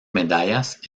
medallas